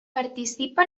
participa